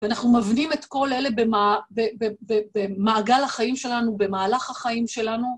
ואנחנו מבנים את כל אלה במעגל החיים שלנו, במהלך החיים שלנו.